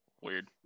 weird